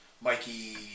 Mikey